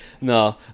no